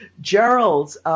Gerald's